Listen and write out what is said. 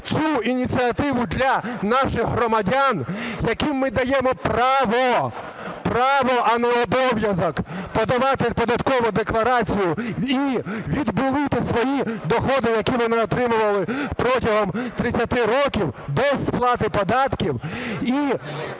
цю ініціативу для наших громадян, яким ми даємо право (право, а не обов'язок) подавати податкову декларацію і відбілити свої доходи, які вони отримували протягом 30 років без сплати податків,